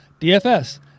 DFS